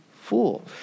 fool